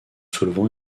solvant